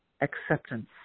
acceptance